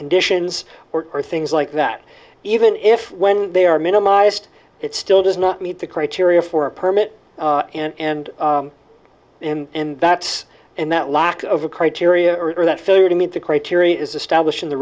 conditions or or things like that even if when they are minimised it still does not meet the criteria for a permit and and that's and that lack of a criteria are that failure to meet the criteria is established in the